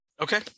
Okay